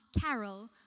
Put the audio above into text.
Carol